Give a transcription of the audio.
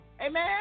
Amen